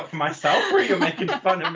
myself when you're making fun um